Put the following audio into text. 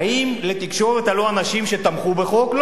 האם לתקשורת עלו אנשים שתמכו בחוק?